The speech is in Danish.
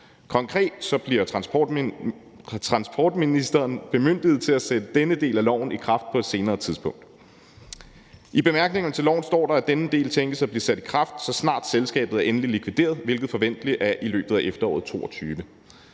Konkret bliver transportministeren bemyndiget til at sætte denne del af loven i kraft på et senere tidspunkt. I bemærkningerne til lovforslaget står der, at denne del tænkes at blive sat i kraft, så snart selskabet er endeligt likvideret, hvilket forventeligt er i løbet af efteråret 2022.